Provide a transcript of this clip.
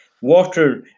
water